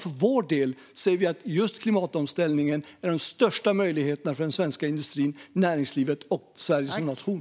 För vår del är klimatomställningen den största möjligheten för den svenska industrin, för näringslivet och för Sverige som nation.